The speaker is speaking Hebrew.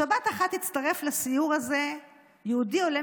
בשבת אחת הצטרף לסיור הזה יהודי עולה